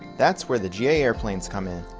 that's where the j airplanes come in.